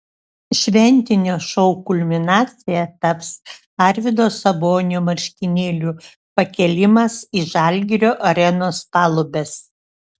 šventinio šou kulminacija taps arvydo sabonio marškinėlių pakėlimas į žalgirio arenos palubes